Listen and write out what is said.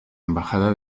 embajada